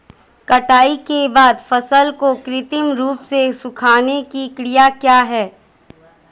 कटाई के बाद फसल को कृत्रिम रूप से सुखाने की क्रिया क्या है?